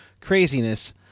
craziness